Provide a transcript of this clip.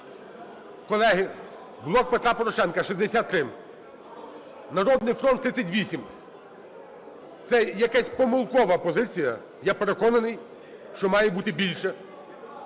Колеги, "Блок Петра Порошенка" – 63, "Народний фронт" – 38 (це якась помилкова позиція, я переконаний, що має бути більше),